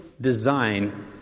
design